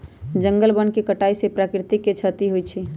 जंगल वन के कटाइ से प्राकृतिक के छति होइ छइ